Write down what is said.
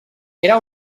era